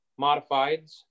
modifieds